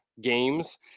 games